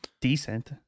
Decent